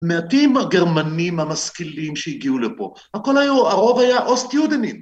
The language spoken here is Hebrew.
‫מעטים הגרמנים המשכילים שהגיעו לפה. ‫הרוב היו אוסט-יודנים.